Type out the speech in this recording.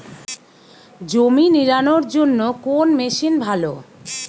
জমি নিড়ানোর জন্য কোন মেশিন ভালো?